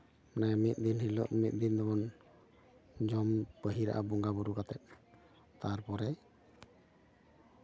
ᱢᱤᱫ ᱫᱤᱱ ᱦᱤᱞᱳᱜ ᱢᱤᱫ ᱫᱤᱱ ᱫᱚᱵᱚᱱ ᱡᱚᱢ ᱯᱟᱹᱦᱤᱞᱟ ᱵᱚᱸᱜᱟ ᱵᱩᱨᱩ ᱠᱟᱛᱮᱫ ᱛᱟᱨᱯᱚᱨᱮ